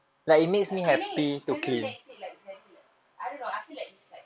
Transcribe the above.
err cleaning cleaning makes it like very like I don't know I feel like it's like